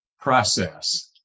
process